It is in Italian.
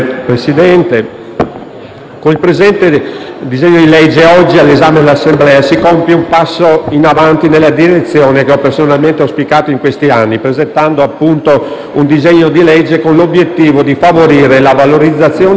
con il disegno di legge oggi all'esame dell'Assemblea si compie un passo in avanti nella direzione che ho personalmente auspicato in questi anni presentando un disegno di legge con l'obiettivo di favorire la valorizzazione e lo sviluppo sostenibile